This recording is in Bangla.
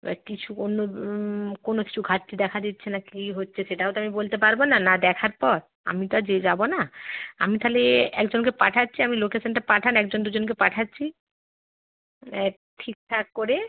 এবার কিছু অন্য কোনো কিছু ঘাটতি দেখা দিচ্ছে না কী হচ্ছে সেটাও তো আমি বলতে পারবো না না দেখার পর আমি তো আর যেয়ে যাবো না আমি তাহলে একজনকে পাঠাচ্ছি আপনি লোকেশানটা পাঠান একজন দুজনকে পাঠাচ্ছি ঠিকঠাক করে